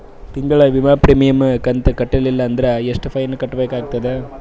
ತಿಂಗಳ ವಿಮಾ ಪ್ರೀಮಿಯಂ ಕಂತ ಕಟ್ಟಲಿಲ್ಲ ಅಂದ್ರ ಎಷ್ಟ ಫೈನ ಕಟ್ಟಬೇಕಾಗತದ?